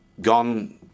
gone